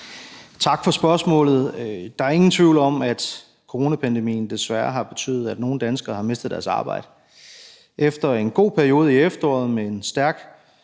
Tak for spørgsmålet. Der er ingen tvivl om, at coronapandemien desværre har betydet, at nogle danskere har mistet deres arbejde. Efter en god periode i efteråret med en stærk